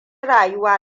rayuwa